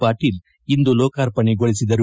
ಪಾಟೀಲ ಇಂದು ಲೋಕಾರ್ಪಣೆಗೊಳಿಸಿದರು